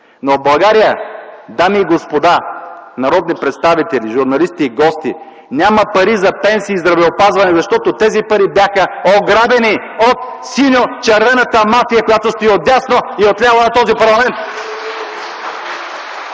Но в България, дами и господа народни представители, журналисти и гости, няма пари за пенсии и здравеопазване, защото тези пари бяха ограбени от синьо-червената мафия, която стои отдясно и отляво на този парламент.